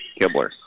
Kibler